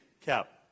cap